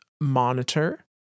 monitor